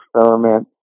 experiment